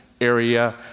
area